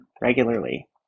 regularly